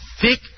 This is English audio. thick